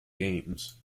games